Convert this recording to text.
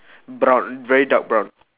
brown very dark brown